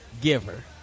giver